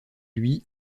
lui